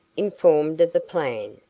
informed of the plan,